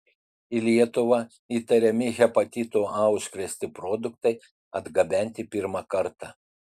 į lietuvą įtariami hepatitu a užkrėsti produktai atgabenti pirmą kartą